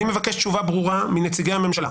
אני מבקש תשובה ברורה מנציגי הממשלה,